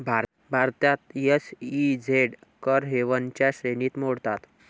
भारतात एस.ई.झेड कर हेवनच्या श्रेणीत मोडतात